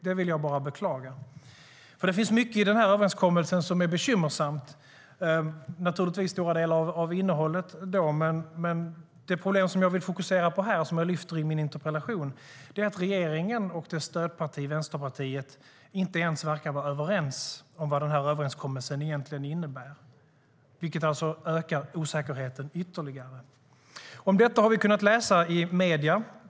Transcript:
Det vill jag bara beklaga, för det finns mycket i den här överenskommelsen som är bekymmersamt - naturligtvis stora delar av innehållet, men det problem som jag vill fokusera på här och som jag lyfter fram i min interpellation är att regeringen och dess stödparti Vänsterpartiet inte ens verkar vara överens om vad överenskommelsen egentligen innebär, vilket alltså ökar osäkerheten ytterligare. Om detta har vi kunnat läsa i medierna.